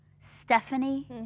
Stephanie